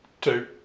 two